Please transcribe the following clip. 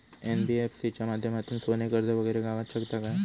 NBFC च्या माध्यमातून सोने कर्ज वगैरे गावात शकता काय?